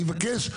אני מבקש,